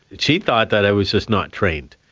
she thought that i was just not trained.